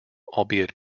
albeit